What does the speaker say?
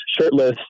shirtless